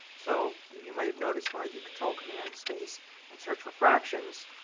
so you may have noticed when i do control command space and search for fractions